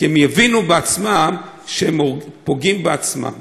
כי הם יבינו בעצמם שהם פוגעים בעצמם.